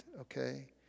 okay